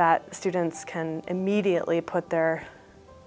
that students can immediately put their